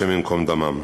השם ייקום דמם,